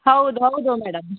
ಹೌದು ಹೌದು ಮೇಡಮ್